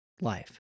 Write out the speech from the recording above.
life